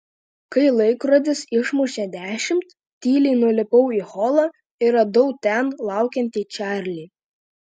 kai laikrodis išmušė dešimt tyliai nulipau į holą ir radau ten laukiantį čarlį